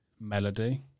melody